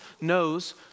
knows